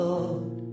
Lord